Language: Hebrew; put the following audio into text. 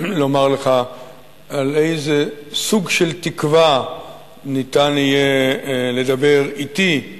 לומר לך על איזה סוג של תקווה ניתן יהיה לדבר אתי,